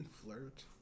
flirt